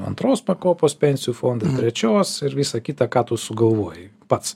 antros pakopos pensijų fondai trečios ir visa kita ką tu sugalvojai pats